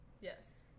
Yes